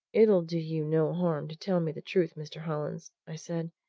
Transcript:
it'll do you no harm to tell me the truth, mr. hollins, i said.